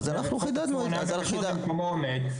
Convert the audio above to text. חוק איסור הונאת הכשרות במקומו עומד.